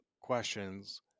questions